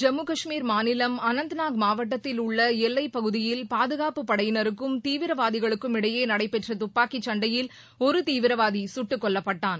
ஜம்மு காஷ்மீர் மாநிலம் அனந்தநாக் மாவட்டத்தில் உள்ள எல்லைப் பகுதியில் பாதுகாப்பு படையினருக்கும் தீவிரவாதிகளுக்கும் இடையே நடைபெற்ற துப்பாக்கிச் சண்டையில் ஒரு தீவிரவாதி சுட்டுக் கொல்லப்பட்டான்